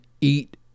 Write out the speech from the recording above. eat